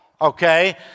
okay